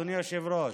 אדוני היושב-ראש.